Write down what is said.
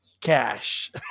cash